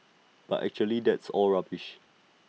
but actually that's all rubbish